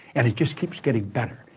and it just keeps getting better.